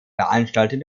veranstalten